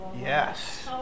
Yes